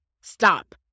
stop